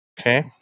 Okay